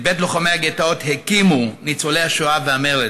את בית לוחמי הגטאות הקימו ניצולי השואה והמרד.